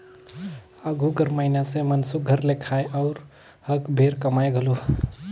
आघु कर मइनसे मन सुग्घर ले खाएं अउ हक भेर कमाएं घलो